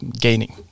gaining